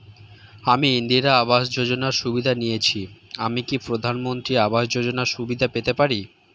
আমি ইন্দিরা আবাস যোজনার সুবিধা নেয়েছি আমি কি প্রধানমন্ত্রী আবাস যোজনা সুবিধা পেতে পারি?